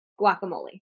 guacamole